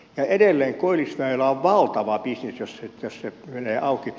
ja edelleen koillisväylä on valtava bisnes jos se menee auki